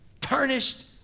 tarnished